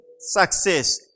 success